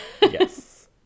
Yes